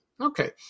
Okay